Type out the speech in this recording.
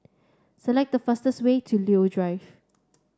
select the fastest way to Leo Drive